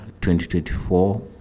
2024